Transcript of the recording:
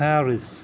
Paris